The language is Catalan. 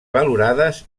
valorades